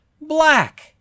black